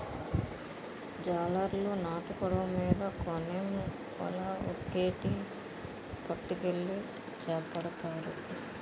జాలరులు నాటు పడవ మీద కోనేమ్ వల ఒక్కేటి పట్టుకెళ్లి సేపపడతారు